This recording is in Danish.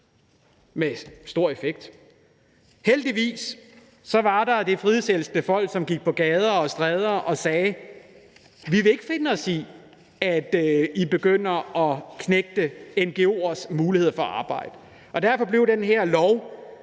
Heldigvis var der det frihedselskende folk, som gik på gader og stræder og sagde: Vi vil ikke finde os i, at I begynder at knægte ngo'ers muligheder for at arbejde. Og derfor blev den her lov